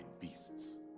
Beasts